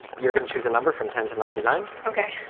you're gonna choose a number from ten to ninety nine. okay.